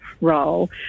role